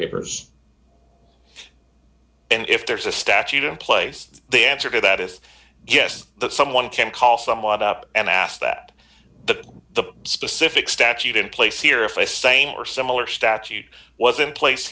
papers and if there is a statute in place the answer to that is guess that someone can call someone up and ask that the the specific statute in place here if a same or similar statute was in place